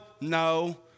No